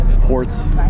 Ports